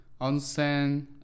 Onsen